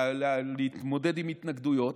להתמודד עם התנגדויות.